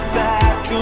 back